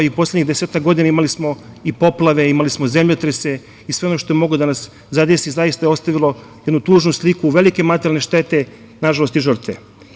Poslednjih desetak godina imali smo i poplave, zemljotrese, sve ono što je moglo da nas zadesi, zaista je ostavilo jednu tužnu sliku, velike materijalne štete, nažalost i žrtve.